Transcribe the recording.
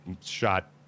shot